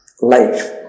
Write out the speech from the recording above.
life